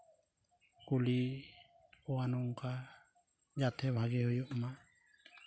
ᱠᱩᱞᱤ ᱠᱚᱣᱟ ᱱᱚᱝᱠᱟ ᱡᱟᱛᱮ ᱵᱷᱟᱜᱮ ᱦᱩᱭᱩᱜ ᱢᱟ